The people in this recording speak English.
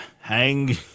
hang